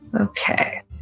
Okay